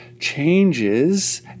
changes